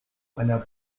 einer